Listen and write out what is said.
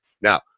Now